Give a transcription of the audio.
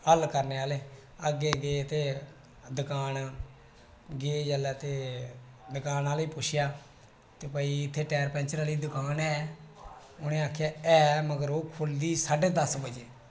हल करने आह्ले अग्गै गे ते दकान गे जेल्लै ते दकान आहले गी पुच्छेआ ते भाई इत्थै टैर पैंचर आहली दकान ऐ उनें आखेआ है मगर ओह् खु'लदी ऐ साढे दस बजे